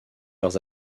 leurs